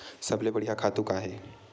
सबले बढ़िया खातु का हे?